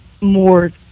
more